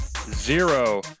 zero